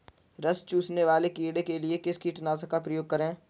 रस चूसने वाले कीड़े के लिए किस कीटनाशक का प्रयोग करें?